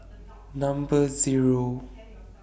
Number Zero